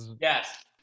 Yes